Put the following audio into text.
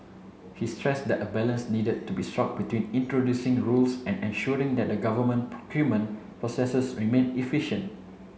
he stressed that a balance needed to be struck between introducing rules and ensuring that the government procurement processes remain efficient